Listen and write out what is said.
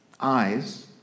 Eyes